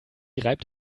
reibt